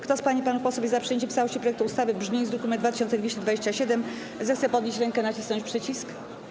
Kto z pań i panów posłów jest za przyjęciem w całości projektu ustawy w brzmieniu z druku nr 2227, zechce podnieść rękę i nacisnąć przycisk.